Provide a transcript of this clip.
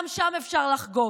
גם שם אפשר לחגוג.